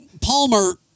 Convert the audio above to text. Palmer